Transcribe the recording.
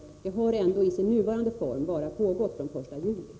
Verksamheten har ändå i sin nuvarande form bara pågått sedan den 1 juli.